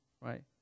right